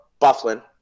Bufflin